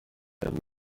them